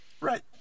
Right